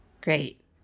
Great